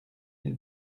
ils